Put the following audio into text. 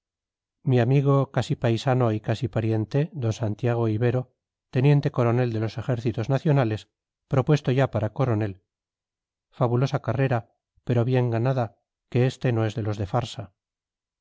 mi amigo casi paisano y casi pariente d santiago ibero teniente coronel de los ejércitos nacionales propuesto ya para coronel fabulosa carrera pero bien ganada que éste no es de los de farsa